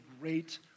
great